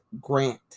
grant